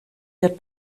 der